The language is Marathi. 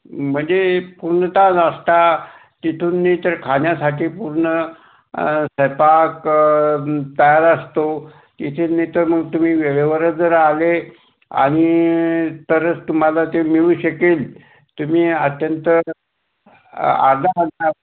म्हणजे कोणता रस्ता तिथून इथं खाण्यासाठी पूर्ण स्वयंपाक तयार असतो इथे नाहीतर मग तुम्ही वेळेवरच जर आले आणि तरच तुम्हाला ते मिळू शकेल तुम्ही अत्यंत आदराचा